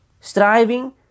striving